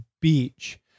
beach